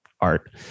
art